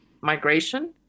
migration